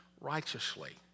righteously